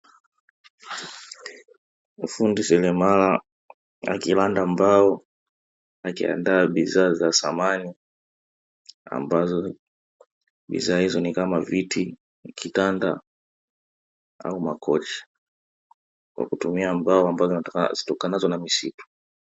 Fundi seremala akilanda mbao, akiandaa bidhaa za samani bidhaa hizo ni kama; viti, kitanda au makochi kwa kutumia mbao zitokanazo na misitu.